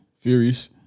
Furious